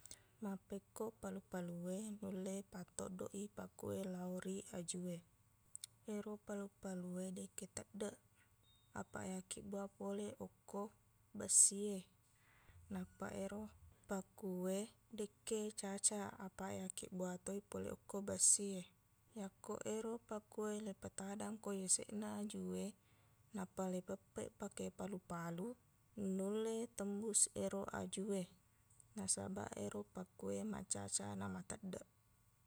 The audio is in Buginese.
Mappekko palu-palu e nulle pattoddoq i pakuwe lao ri ajuwe ero palu-paluwe dekke teddeq apaq yakkibbuwaq pole okko bessi e nappa ero pakkuwe dekke cacaq apaq yakkibbuaqtoi pole bessi e yakko ero pakuwe leipatadang ko yaseqna ajuwe nappa leipeppeq pake palu-palu nulle tembus ero ajuwe nasabaq ero pakuwe macacaq na mateddeq